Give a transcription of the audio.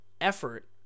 effort